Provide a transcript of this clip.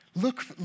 Look